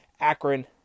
Akron